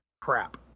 crap